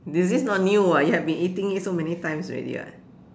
this is not new [what] you have been eating it so many times already [what]